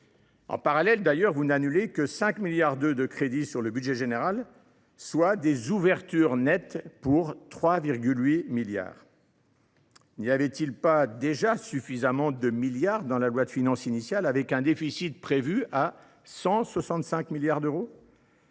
En parallèle, vous n’annulez que 5,2 milliards d’euros de crédits sur le budget général, soit des ouvertures nettes de 3,8 milliards d’euros. N’y avait il pas déjà suffisamment de milliards dans la loi de finances initiale, avec un déficit prévu de 165 milliards d’euros ?